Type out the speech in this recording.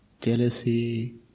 jealousy